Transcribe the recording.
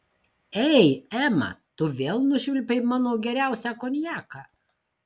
ei ema tu vėl nušvilpei mano geriausią konjaką